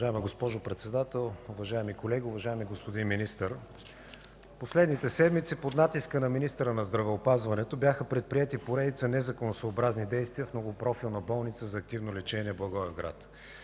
Уважаема госпожо Председател, уважаеми колеги, уважаеми господин Министър! В последните седмици под натиска на министъра на здравеопазването бяха предприети поредица незаконосъобразни действия в Многопрофилна болница за активно лечение – Благоевград.